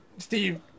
Steve